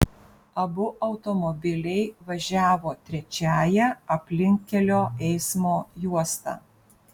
abu automobiliai važiavo trečiąja aplinkkelio eismo juosta